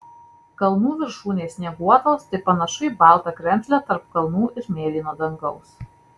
kalnų viršūnės snieguotos tai panašu į baltą kremzlę tarp kalnų ir mėlyno dangaus